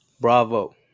bravo